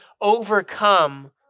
overcome